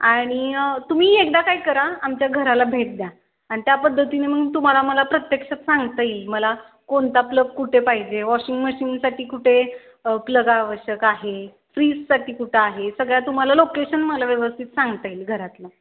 आणि तुम्ही एकदा काय करा आमच्या घराला भेट द्या आणि त्या पद्धतीने मग तुम्हाला मला प्रत्यक्षात सांगता येईल मला कोणता प्लग कुठे पाहिजे वॉशिंग मशीनसाठी कुठे प्लग आवश्यक आहे फ्रीजसाठी कुठं आहे सगळ्या तुम्हाला लोकेशन मला व्यवस्थित सांगता येईल घरातलं